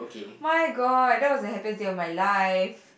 my god that was the happiest day of my life